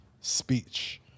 speech